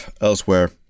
Elsewhere